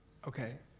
okay.